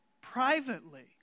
Privately